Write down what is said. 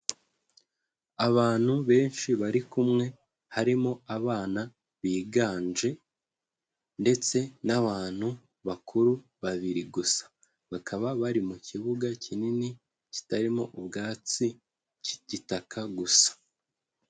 Abantu benshi bari kumwe harimo abana biganje ndetse n'abantu bakuru babiri gusa, bakaba bari mu kibuga kinini kitarimo ubwatsi k'igitaka gusa.